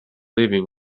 living